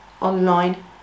online